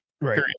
Right